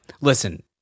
listen